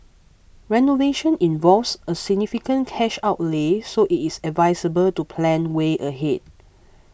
renovation involves a significant cash outlay so it is advisable to plan way ahead